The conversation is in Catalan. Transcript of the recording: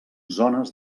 zones